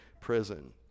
prison